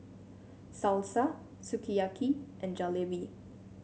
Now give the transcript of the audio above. Salsa Sukiyaki and Jalebi